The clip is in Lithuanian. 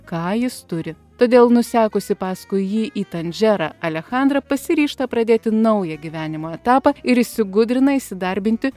ką jis turi todėl nusekusi paskui jį į tandžerą alechandra pasiryžta pradėti naują gyvenimo etapą ir įsigudrina įsidarbinti